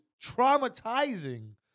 traumatizing